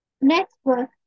network